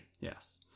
yes